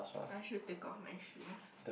I should take off my shoes